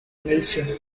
nation